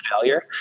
failure